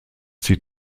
sie